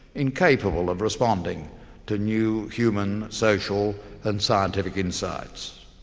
incapable of responding to new human, social and scientific insights.